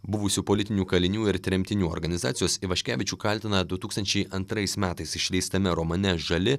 buvusių politinių kalinių ir tremtinių organizacijos ivaškevičių kaltina du tūkstančiai antrais metais išleistame romane žali